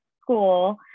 school